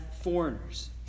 foreigners